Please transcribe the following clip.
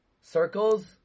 circles